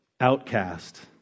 outcast